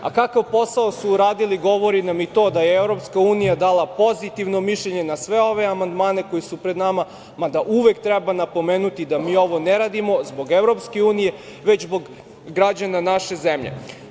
A kakav posao su uradili govori nam i to da je EU dala pozitivno mišljenje na sve ove amandmane koji su pred nama, mada uvek treba napomenuti da mi ovo ne radimo zbog EU već zbog građana naše zemlje.